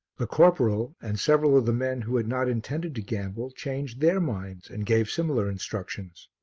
the corporal and several of the men who had not intended to gamble changed their minds and gave similar instructions.